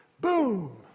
Boom